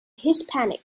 hispanic